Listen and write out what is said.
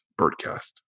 birdcast